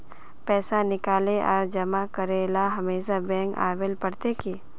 पैसा निकाले आर जमा करेला हमेशा बैंक आबेल पड़ते की?